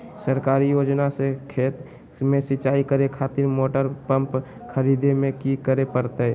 सरकारी योजना से खेत में सिंचाई करे खातिर मोटर पंप खरीदे में की करे परतय?